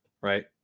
Right